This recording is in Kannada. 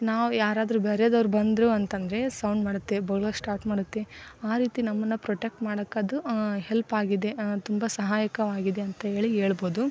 ನಾವು ಯಾರಾದ್ರು ಬೇರೆದವರು ಬಂದರು ಅಂತಂದರೆ ಸೌಂಡ್ ಮಾಡುತ್ತೆ ಬೊಗಳಕೆ ಸ್ಟಾರ್ಟ್ ಮಾಡುತ್ತೆ ಆ ರೀತಿ ನಮ್ಮನ್ನು ಪ್ರೊಟೆಕ್ಟ್ ಮಾಡೋಕದು ಹೆಲ್ಪ್ ಆಗಿದೆ ತುಂಬ ಸಹಾಯಕವಾಗಿದೆ ಅಂತೇಳಿ ಹೇಳ್ಬೋದು